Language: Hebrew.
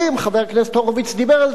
חבר הכנסת הורוביץ דיבר על זה,